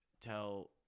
tell